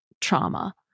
trauma